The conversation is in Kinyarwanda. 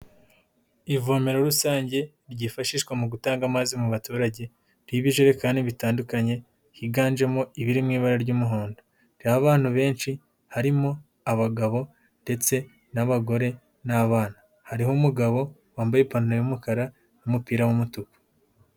Ivomero rusange ryifashishwa mu gutanga amazi mu baturage, ririho ibijerekani bitandukanye, higanjemo ibiri mu ibara ry'umuhondo, ririho abantu benshi, harimo abagabo ndetse n'abagore n'abana, hariho umugabo wambaye ipantaro y'umukara n'umupira w'umutuku.